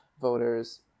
voters